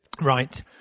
Right